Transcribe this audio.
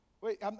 Wait